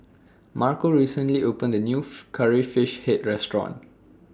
Marco recently opened A New Curry Fish Head Restaurant